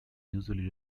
usually